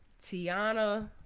Tiana